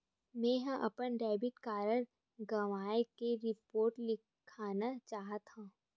मेंहा अपन debit card गवाए के रिपोर्ट लिखना चाहत हव